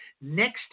next